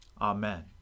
Amen